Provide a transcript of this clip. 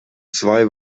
zwei